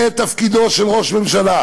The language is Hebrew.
זה תפקידו של ראש ממשלה.